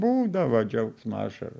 būdavo džiaugsmo ašarų